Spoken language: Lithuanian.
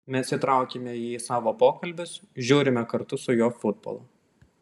mes įtraukiame jį į savo pokalbius žiūrime kartu su juo futbolą